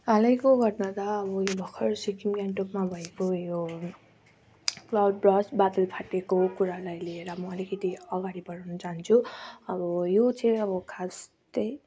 हालैको घटना त अब यो भर्खर सिक्किम गान्तोकमा भएको यो क्लाउड बर्स्ट बादल फाटेको कुरालाई लिएर म अलिकिति अगाडि बढ्न चाहन्छु अब यो चाहिँ अब खास त्यही